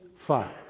five